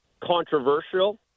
controversial